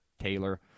Taylor